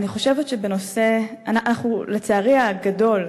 לצערי הגדול,